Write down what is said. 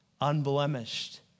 unblemished